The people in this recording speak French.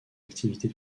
activités